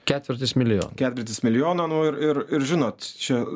ketvirtis milijono ketvirtis milijono ir ir ir žinot čia